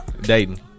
Dayton